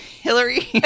Hillary